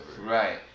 Right